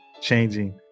changing